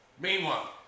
Meanwhile